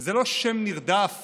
זה לא שם נרדף